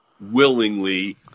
willingly